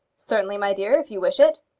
certainly, my dear, if you wish it.